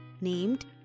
named